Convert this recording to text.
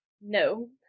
No